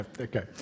okay